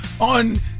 on